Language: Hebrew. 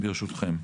ברשותכם.